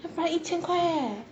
upfront 一千块 eh